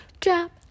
Drop